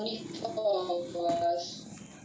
are are you breaking I think I can't hear you